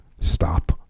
stop